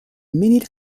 mesnil